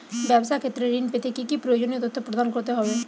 ব্যাবসা ক্ষেত্রে ঋণ পেতে কি কি প্রয়োজনীয় তথ্য প্রদান করতে হবে?